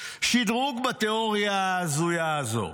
שדרוג בתיאוריה ההזויה הזו,